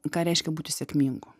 ką reiškia būti sėkmingu